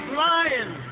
lying